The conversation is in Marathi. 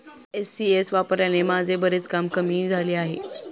ई.सी.एस वापरल्याने माझे बरेच काम कमी झाले आहे